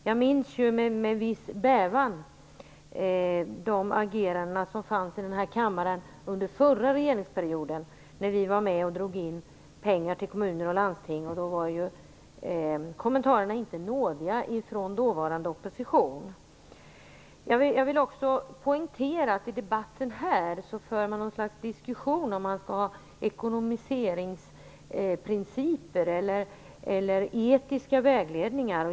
Jag minns med viss bävan de ageranden som fanns i kammaren under den förra regeringsperioden när vi var med och drog in pengar till kommuner och landsting. Då var ju kommentarerna inte nådiga från den dåvarande oppositionen. Jag vill också poängtera att man i debatten här för något slags diskussion om man skall ha ekonomiseringsprinciper eller etisk vägledning.